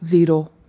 zero